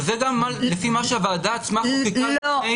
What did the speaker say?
אבל זה גם לפי מה שהוועדה עצמה המליצה לפני,